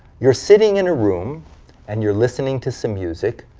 you're sitting in a room and you're listening to some music,